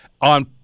On